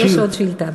יש עוד שאילתה,